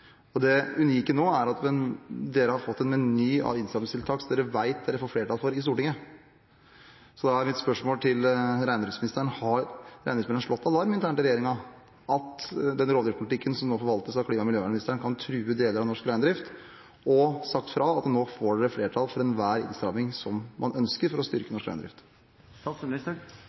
Det unike nå er at dere har fått en meny av innstrammingstiltak som dere vet dere får flertall for i Stortinget. Så da er mitt spørsmål til reindriftsministeren: Har reindriftsministeren slått alarm internt i regjeringen om at den rovdyrpolitikken som nå forvaltes av klima- og miljøministeren, kan true deler av norsk reindrift, og sagt fra om at nå får dere flertall for enhver innstramming som man ønsker for å styrke